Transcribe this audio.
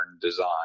design